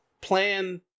plan